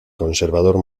conservador